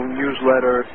newsletter